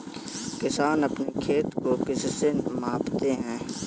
किसान अपने खेत को किससे मापते हैं?